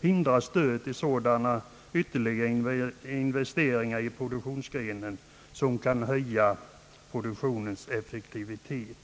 hindra stöd till sådana ytterligare investeringar i produktionsgrenen, som kan höja produktionens effektivitet.